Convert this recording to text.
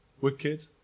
wicked